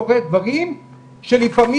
קורים דברים שלפעמים,